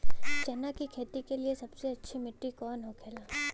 चना की खेती के लिए सबसे अच्छी मिट्टी कौन होखे ला?